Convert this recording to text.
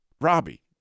Robbie